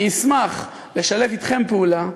אני אשמח לשתף אתכם פעולה,